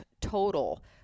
total